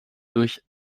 durch